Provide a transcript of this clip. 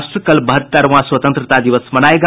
राष्ट्र कल बहत्तरवां स्वतंत्रता दिवस मनाएगा